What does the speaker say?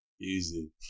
Easy